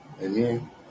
Amen